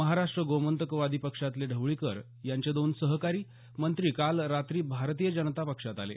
महाराष्ट्र गोमांतकवादी पक्षातले ढवळीकर यांचे दोन सहकारी मंत्री काल रात्री भारतीय जनता पक्षात आले